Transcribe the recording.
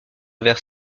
vers